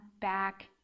back